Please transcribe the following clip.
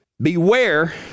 Beware